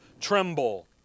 tremble